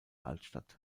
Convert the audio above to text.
altstadt